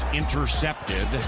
intercepted